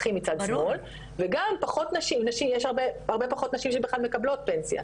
וגם יש הרבה פחות נשים שבכלל מקבלות פנסיה,